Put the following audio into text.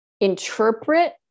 interpret